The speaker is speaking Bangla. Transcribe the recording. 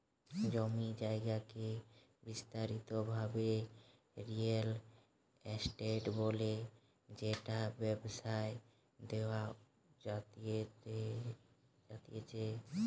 জমি জায়গাকে বিস্তারিত ভাবে রিয়েল এস্টেট বলে যেটা ব্যবসায় দেওয়া জাতিচে